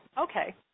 okay